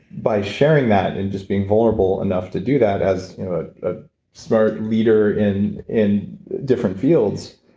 by sharing that and just being vulnerable enough to do that as a smart leader in in different fields,